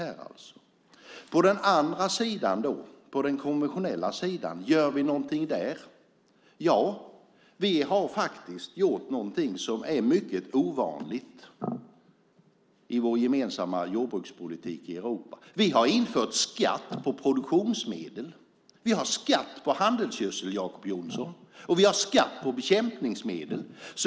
Gör vi något på den konventionella sidan? Ja, vi har faktiskt gjort något mycket ovanligt i vår gemensamma jordbrukspolitik i Europa. Vi har infört skatt på produktionsmedel. Vi har skatt på handelsgödsel, Jacob Johnson, och vi har skatt på bekämpningsmedel!